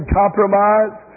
compromise